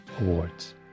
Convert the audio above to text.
awards